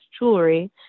jewelry